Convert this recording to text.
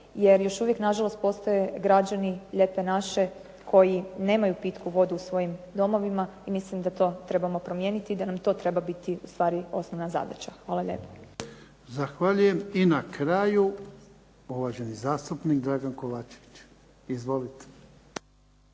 jer još uvijek na žalost postoje građani lijepe naše koji nemaju pitku vodu u svojim domovima i mislim da to trebamo promijeniti i da nam to treba biti ustvari osnovna zadaća. Hvala lijepo. **Jarnjak, Ivan (HDZ)** Zahvaljujem. I na kraju, uvaženi zastupnik Dragan Kovačević. Izvolite.